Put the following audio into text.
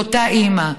לאותה אימא,